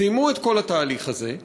סיימו את כל התהליך הזה,